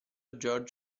georg